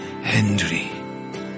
Henry